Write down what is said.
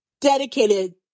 dedicated